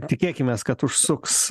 tikėkimės kad užsuks